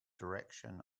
direction